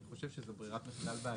אני חושב שזאת ברירת מחדל בעייתית.